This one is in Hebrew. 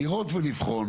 לראות ולבחון